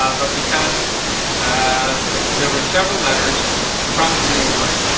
um but because ah there were several letters from the neighborhood